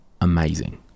amazing